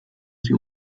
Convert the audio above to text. sie